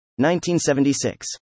1976